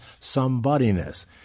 Somebodyness